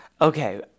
Okay